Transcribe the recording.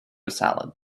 salad